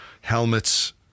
Helmets